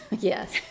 Yes